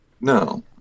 No